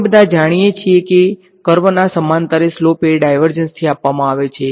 આપણે બધા જાણીએ છીએ કે કર્વના સમાંતરે સ્લોપ એ ડાયવર્જંન્સ થી આપવામાં આવે છે